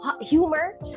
humor